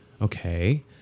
Okay